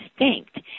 distinct